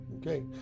Okay